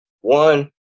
one